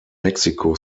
mexico